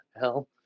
hell